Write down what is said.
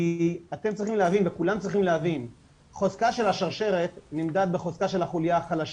כי כולם צריכים להבין שחוזקה של השרשרת נמדד בחוזקה של החוליה החלשה.